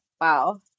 Wow